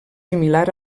similar